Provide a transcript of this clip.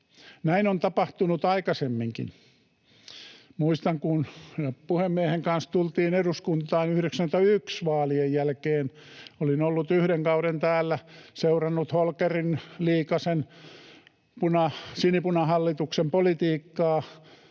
Näin on tapahtunut aikaisemminkin. Muistan, kun puhemiehen kanssa tultiin eduskuntaan 1991 vaalien jälkeen. Olin ollut yhden kauden täällä, seurannut Holkerin—Liikasen sinipunahallituksen politiikkaa.